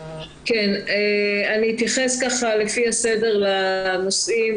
אתייחס לפי הסדר לנושאים,